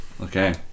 okay